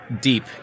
deep